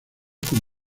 con